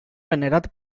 venerat